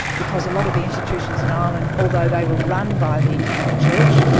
because a lot of the institutions in ireland, although they were run by the catholic church,